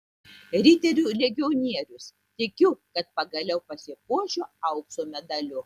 riterių legionierius tikiu kad pagaliau pasipuošiu aukso medaliu